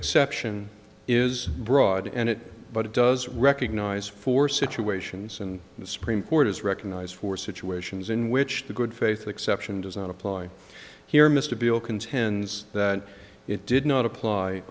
exception is broad and it but it does recognize for situations and the supreme court has recognized for situations in which the good faith exception does not apply here mr beale contends that it did not apply